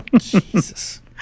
Jesus